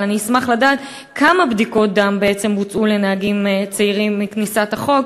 אבל אשמח לדעת כמה בדיקות דם בוצעו לנהגים צעירים מכניסת החוק.